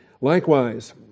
Likewise